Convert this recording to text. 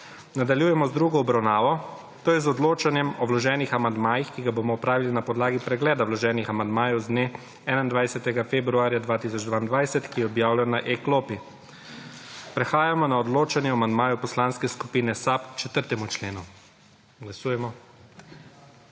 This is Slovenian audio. Nadaljujemo z drugo obravnavo, to je z odločanjem o vloženih amandmajih, ki ga bomo opravili na podlagi pregleda vloženih amandmajev z dne 21. februarja 2022, ki je objavljen na e-klopi. Prehajamo na odločanje o amandmaju Poslanske skupine SAB k 4. členu. Glasujemo.